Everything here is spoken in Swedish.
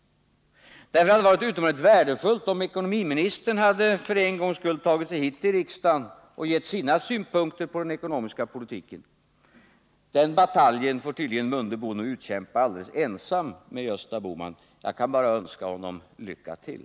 Det hade varit utomordentligt värdefullt om ekonomiministern för en gångs skull hade tagit sig hit till riksdagen och gett sina synpunkter på den ekonomiska politiken. Den bataljen får tydligen Ingemar Mundebo utkämpa alldeles ensam med Gösta Bohman. Jag kan bara önska honom lycka till.